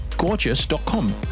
gorgeous.com